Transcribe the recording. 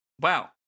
Wow